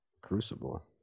crucible